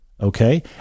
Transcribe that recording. Okay